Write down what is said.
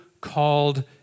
called